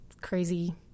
crazy